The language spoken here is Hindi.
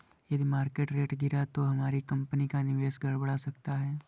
यदि मार्केट रेट गिरा तो हमारी कंपनी का निवेश गड़बड़ा सकता है